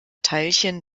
teilchen